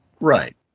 Right